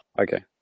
Okay